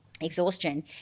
exhaustion